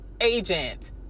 agent